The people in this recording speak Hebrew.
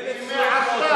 אנחנו מדברים בעידן,